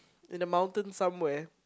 in the mountain somewhere